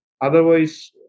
Otherwise